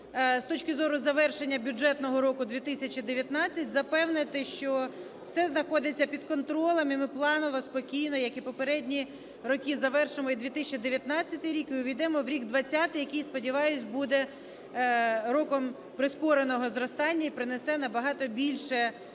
з точки зору завершення бюджетного року 2019, запевнити, що все знаходиться під контролем. І ми планово спокійно, як і попередні роки, завершуємо і 2019 рік, і увійдемо в рік 20-й, який, сподіваюсь, буде роком прискореного зростання і принесе набагато більше